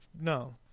no